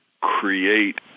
create